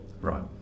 right